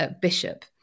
bishop